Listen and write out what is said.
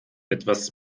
etwas